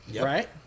right